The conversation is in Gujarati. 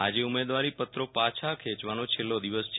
આજે ઉમેદવારી પત્રો પાછા ખેંચવાનો છેલ્લો દિવસ છે